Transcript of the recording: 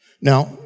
Now